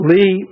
Lee